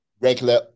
regular